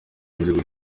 biri